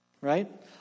Right